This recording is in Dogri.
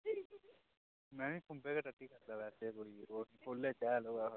में बी खुम्बै गै टट्टी करना वैसे हैल होऐ थोह्ड़ा